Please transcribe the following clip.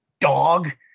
dog